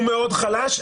הוא מאוד חלש,